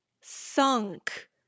sunk